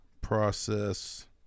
process